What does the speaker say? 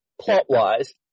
plot-wise